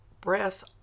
breath